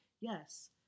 yes